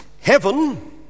Heaven